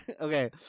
okay